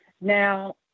Now